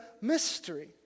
mystery